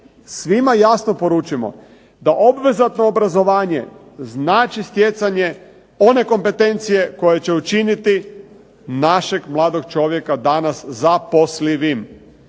svima jasno poručimo da obvezatno obrazovanje znači stjecanje one kompetencije koje će učiniti našeg mladog čovjeka danas zaposlivim,